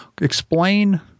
explain